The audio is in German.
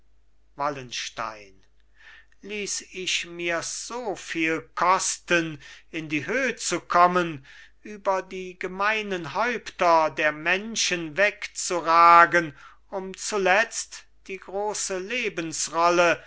wallenstein ließ ich mirs soviel kosten in die höh zu kommen über die gemeinen häupter der menschen wegzuragen um zuletzt die große lebensrolle